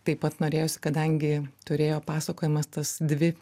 taip pat norėjosi kadangi turėjo pasakojimas tas dvi